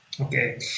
okay